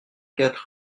quatre